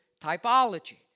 typology